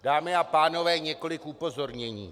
Dámy a pánové, několik upozornění.